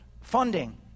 funding